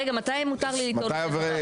רגע, מתי מותר לי לטעון נושא חדש?